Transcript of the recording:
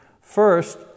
First